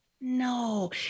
no